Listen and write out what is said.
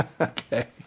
Okay